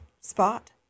spot